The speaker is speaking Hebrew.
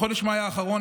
בחודש מאי האחרון,